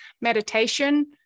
meditation